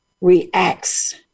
reacts